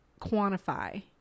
quantify